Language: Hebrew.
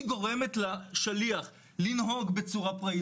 היא גורמת לשליח לנהוג בצורה פראית